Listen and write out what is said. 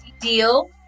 Deal